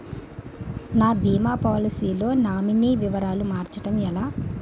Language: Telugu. నా భీమా పోలసీ లో నామినీ వివరాలు మార్చటం ఎలా?